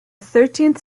thirteenth